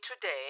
today